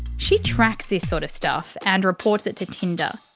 she tracks this sort of stuff and reports it to tinder.